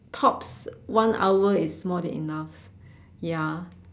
tops one hour is more than enough ya